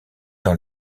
dans